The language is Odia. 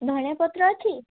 ଧଣିଆପତ୍ର ଅଛି